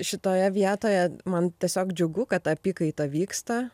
šitoje vietoje man tiesiog džiugu kad apykaita vyksta